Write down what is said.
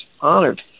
Honored